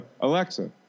Alexa